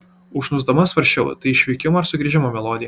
užsnūsdama svarsčiau tai išvykimo ar sugrįžimo melodija